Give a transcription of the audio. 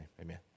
amen